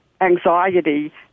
anxiety